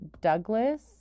Douglas